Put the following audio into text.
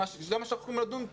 שזה מה שאנחנו צריכים לדון פה,